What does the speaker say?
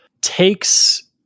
takes